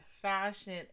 fashion